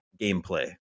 gameplay